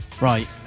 Right